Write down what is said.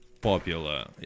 popular